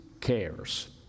cares